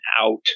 out